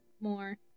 more